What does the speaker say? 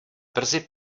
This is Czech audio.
brzy